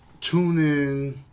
TuneIn